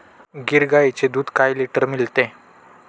गीर गाईचे दूध काय लिटर मिळते?